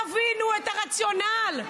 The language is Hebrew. תבינו את הרציונל.